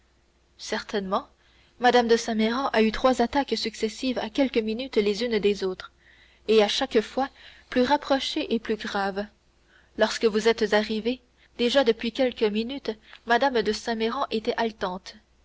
certainement mme de saint méran a eu trois attaques successives à quelques minutes les unes des autres et à chaque fois plus rapprochées et plus graves lorsque vous êtes arrivé déjà depuis quelques minutes mme de saint méran était haletante